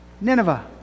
Nineveh